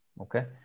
okay